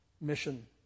mission